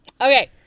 okay